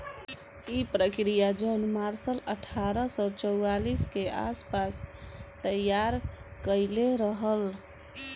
इ प्रक्रिया John Mercer अठारह सौ चौवालीस के आस पास तईयार कईले रहल